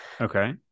Okay